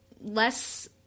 less